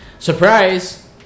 Surprise